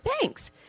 thanks